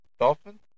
Dolphin